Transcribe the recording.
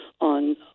on